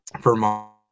Vermont